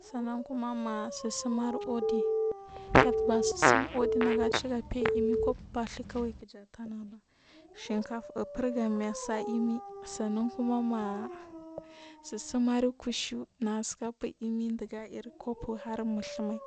Sannan kuma ma tsusim ar uuh kuma tsusimar uɗi na cigafe y imi cup fatsukawai kijata naba shinkafa furgami asa imi san nankuma ma susmar ku shu gafu imi dugubur cup har, usuma